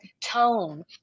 tone